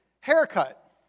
Haircut